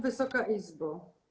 Wysoka Izbo!